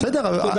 תודה.